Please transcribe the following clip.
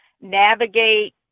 navigate